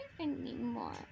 anymore